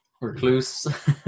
recluse